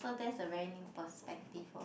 so that's a very new perspective for